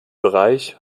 bereich